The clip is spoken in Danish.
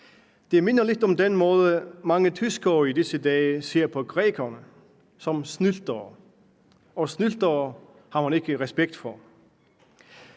Det minder lidt om den måde, mange tyskere i disse dage ser på grækerne på. De ser på dem som snyltere, og snyltere har man ikke respekt for.